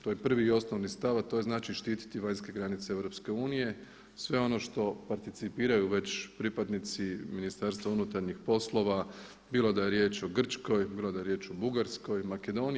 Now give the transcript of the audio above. To je prvi i osnovni stav, a to znači štititi vanjske granice EU, sve ono što participiraju već pripadnici Ministarstva unutarnjih poslova bilo da je riječ o Grčkoj, bilo da je riječ o Bugarskoj, Makedoniji.